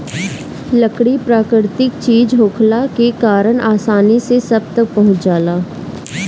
लकड़ी प्राकृतिक चीज होखला के कारण आसानी से सब तक पहुँच जाला